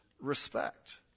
Respect